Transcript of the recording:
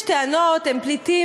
יש טענות: הם פליטים,